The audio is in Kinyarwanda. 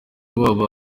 ubu